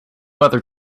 other